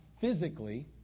physically